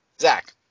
Zach